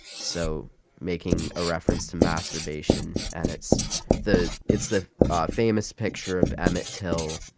so making a reference to masturbation. and it's the it's the famous picture of emmett till.